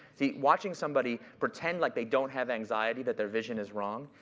see, watching somebody pretend like they don't have anxiety that their vision is wrong,